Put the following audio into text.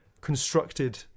constructed